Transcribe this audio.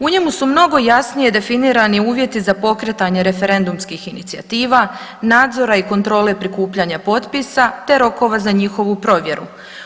U njemu su mnogo jasnije definirani uvjeti za pokretanje referendumskih inicijativa, nadzora i kontrole prikupljanja potpisa, te rokova za njihovu provjeru.